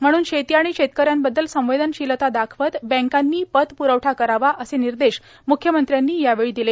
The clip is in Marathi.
म्हणून शेती आणि शेतकऱ्यांबद्दल संवेदनशीलता दाखवत बँकांनी पत प्रवठा करावाए असे निर्देश म्ख्यमंत्र्यांनी यावेळी दिले